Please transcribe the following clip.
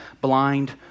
blind